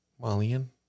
Malian